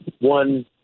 one